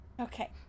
Okay